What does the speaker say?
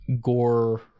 gore